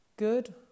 Good